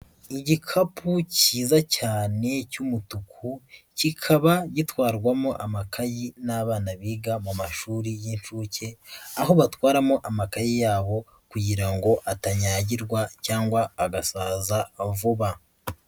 Igikapu kiza cyane cy'umutuku kikaba gitwarwamo amakayi n'abana biga mu mashuri y'inshuke, aho batwaramo amakaye yabo kugira ngo atanyagirwa cyangwa agasaza vuba.